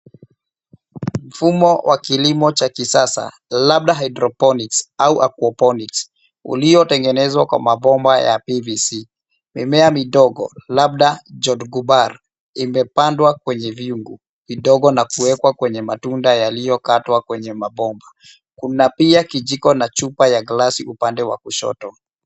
Mfumo wa kilimo cha kisasa labda hydroponics au aquaponics uliotengenezwa kwa mabomba ya PVC. Mimea midogo labda jodgubar imepandwa kwenye vyungu vidogo na kuwekwa kwenye matundu yaliyokatwa kwenye mabomba. Kuna pia kijiko na chupa ya glasi upande wa kushoto.